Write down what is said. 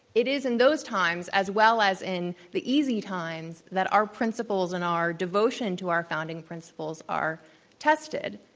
it is in those times, as well as in the easy times, that our principles and our devotion to our founding principles are tested.